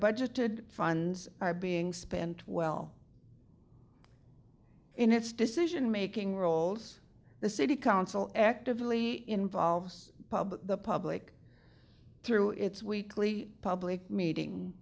budgeted funds are being spent well in its decision making roles the city council actively involves pub the public through its weekly public meeting